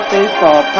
Baseball